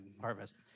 Harvest